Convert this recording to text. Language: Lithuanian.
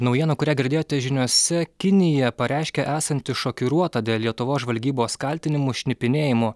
naujiena kurią girdėjote žiniose kinija pareiškė esanti šokiruota dėl lietuvos žvalgybos kaltinimų šnipinėjimu